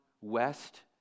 west